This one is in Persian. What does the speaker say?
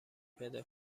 پیدا